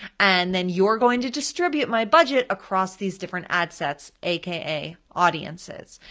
and then you're going to distribute my budget across these different ad sets aka audiences.